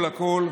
הכול,